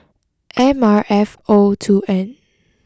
M R F O two N